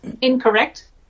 incorrect